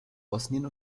bosnien